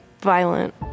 violent